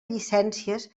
llicències